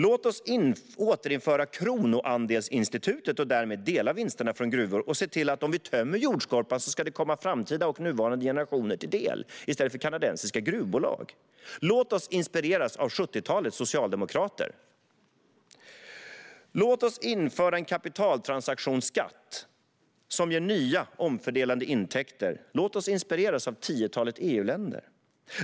Låt oss återinföra kronoandelsinstitutet och därmed dela vinsterna från gruvor och se till att om vi tömmer jordskorpan ska det komma framtida och nuvarande generationer till del i stället för kanadensiska gruvbolag. Låt oss inspireras av 70-talets socialdemokrater! Låt oss införa en kapitaltransaktionsskatt som ger nya, omfördelande intäkter. Låt oss inspireras av tiotalet EU-länder!